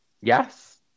Yes